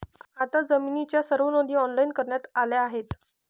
आता जमिनीच्या सर्व नोंदी ऑनलाइन करण्यात आल्या आहेत